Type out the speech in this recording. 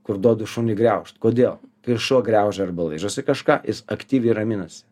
kur duodu šuniui griaužt kodėl kai šuo griaužia arba laižosi kažką jis aktyviai raminasi